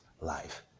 life